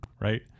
right